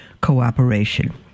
cooperation